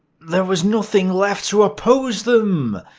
there was nothing left to oppose them!